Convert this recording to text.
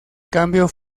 cambio